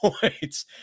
points